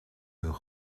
hun